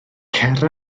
cer